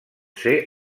ser